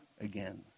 again